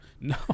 no